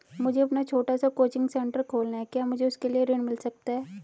मुझे अपना छोटा सा कोचिंग सेंटर खोलना है क्या मुझे उसके लिए ऋण मिल सकता है?